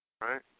right